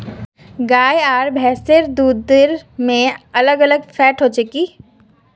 गाय आर भैंस के दूध में अलग अलग फेट होचे की?